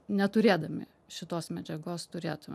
neturėdami šitos medžiagos turėtume